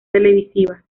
televisiva